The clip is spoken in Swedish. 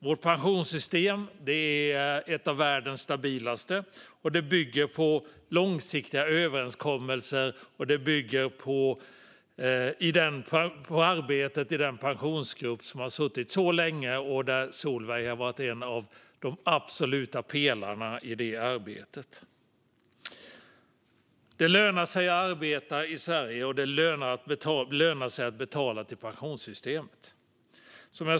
Vårt pensionssystem är ett av världens mest stabila, och det bygger på långsiktiga överenskommelser och på arbetet som gjorts av Pensionsgruppen. Gruppen har arbetat väldigt länge, och Solveig har absolut varit en av pelarna i detta. Det lönar sig i Sverige att arbeta och betala till pensionssystemet.